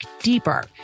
deeper